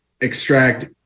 extract